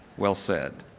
well said.